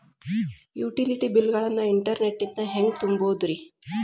Utility bill ಗಳನ್ನ internet ನಿಂದ ಹೆಂಗ್ ತುಂಬೋದುರಿ?